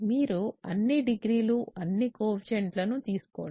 మీరు అన్ని డిగ్రీలు అన్ని కోయెఫిషియంట్ లని తీసుకోండి